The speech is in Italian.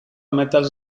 metal